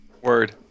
word